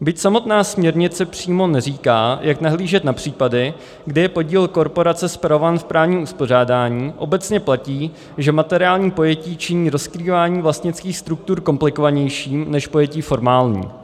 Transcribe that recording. Byť samotná směrnice přímo neříká, jak nahlížet na případy, kdy je podíl korporace spravován v právním uspořádání, obecně platí, že materiální pojetí činí rozkrývání vlastnických struktur komplikovanějším než pojetí formální.